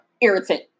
irritant